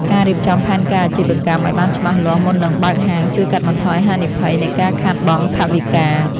ការរៀបចំផែនការអាជីវកម្មឱ្យបានច្បាស់លាស់មុននឹងបើកហាងជួយកាត់បន្ថយហានិភ័យនៃការខាតបង់ថវិកា។